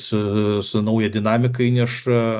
su su nauja dinamika įneša